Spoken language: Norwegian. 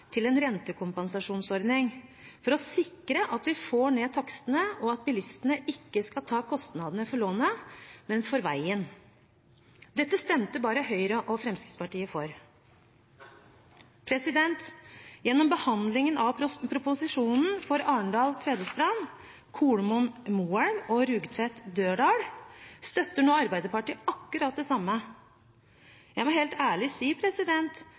om en rentekompensasjonsordning for å sikre at vi får ned takstene, og at bilistene ikke skal ta kostnadene for lånet, men for veien. Dette stemte bare Høyre og Fremskrittspartiet for. Gjennom behandlingen av proposisjonene for Arendal–Tvedestrand, Kolomoen–Moelv og Rugtvedt–Dørdal støtter nå Arbeiderpartiet akkurat det samme. Jeg må helt ærlig si